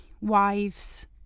wives